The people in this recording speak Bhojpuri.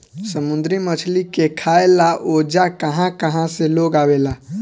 समुंद्री मछली के खाए ला ओजा कहा कहा से लोग आवेला